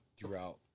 throughout